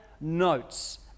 notes